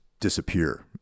disappear